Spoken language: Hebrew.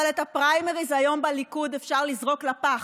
אבל את הפריימריז היום בליכוד אפשר לזרוק לפח,